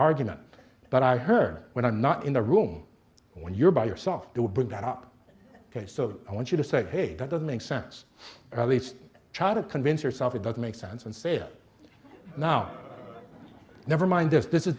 argument that i heard when i'm not in the room when you're by yourself to bring that up ok so i want you to say hey that doesn't make sense or at least try to convince yourself it doesn't make sense and fail now never mind as this is